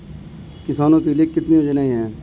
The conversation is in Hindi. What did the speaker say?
किसानों के लिए कितनी योजनाएं हैं?